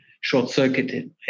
short-circuited